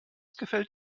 gefällt